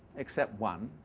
except one.